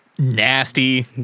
Nasty